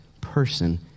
person